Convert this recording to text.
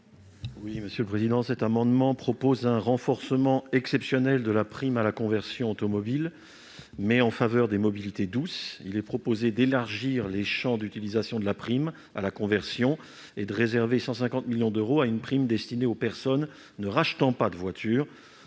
à M. Jacques Fernique. Cet amendement propose un renforcement exceptionnel de la prime à la conversion automobile, mais en faveur des mobilités douces. Ainsi, il est proposé d'élargir le champ d'utilisation de la prime à la conversion et de réserver 150 millions d'euros à une prime destinée aux personnes ne rachetant pas de voiture,